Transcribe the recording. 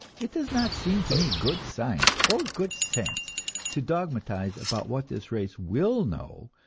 it does not seem to me good science or good sense to dogmatize about what this race will know,